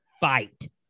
fight